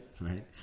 right